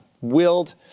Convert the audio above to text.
willed